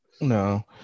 No